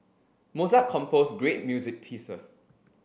Mozart composed great music pieces